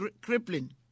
crippling